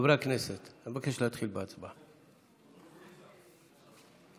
אבקש להתחיל בהצבעה.